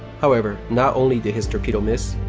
however, not only did his torpedo miss,